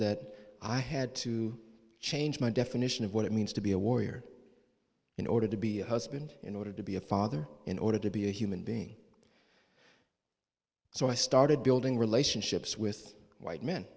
that i had to change my definition of what it means to be a warrior in order to be a husband in order to be a father in order to be a human being so i started building relationships with white men